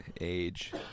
age